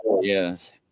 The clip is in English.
Yes